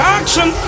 action